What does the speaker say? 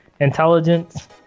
intelligence